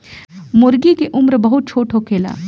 मूर्गी के उम्र बहुत छोट होखेला